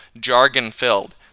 jargon-filled